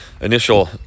initial